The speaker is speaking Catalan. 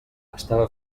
estava